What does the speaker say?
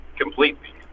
completely